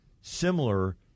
similar